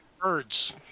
birds